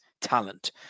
talent